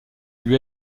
lui